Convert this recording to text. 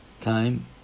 time